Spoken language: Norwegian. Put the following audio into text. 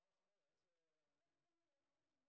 tak